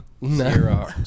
No